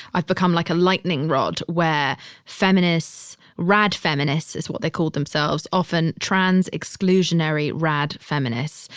i've become like a lightning rod where feminists, rad feminists is what they call themselves often trans exclusionary rad feminists,